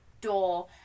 door